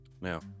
now